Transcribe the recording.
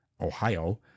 Ohio